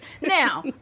Now